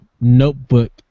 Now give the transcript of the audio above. notebook